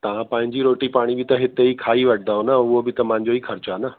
तव्हां पंहिंजी रोटी पाणी त हिते ई खाई वठंदव न उहो बि त मांजो ई ख़र्चु आहे न